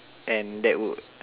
and that would